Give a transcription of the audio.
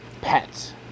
pets